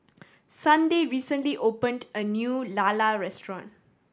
Sunday recently opened a new lala restaurant